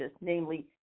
namely